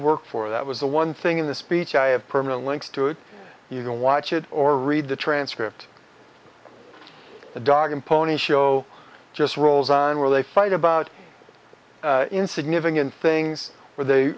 worked for that was the one thing in the speech i have permanent links to it you can watch it or read the transcript a dog and pony show just rolls on where they fight about insignificant things where they